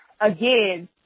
again